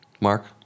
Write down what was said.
Mark